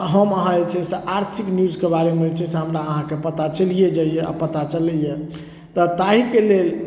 हम अहाँ जे छै से आर्थिक न्यूजके बारेमे जे छै से सभटा अहाँके पता चलिये जाइया आब पता चलैया तऽ ताहि के लेल